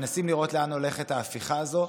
מנסים לראות לאן הולכת ההפיכה הזו.